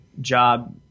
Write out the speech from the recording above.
job